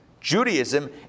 Judaism